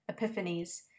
Epiphanies